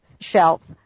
shelves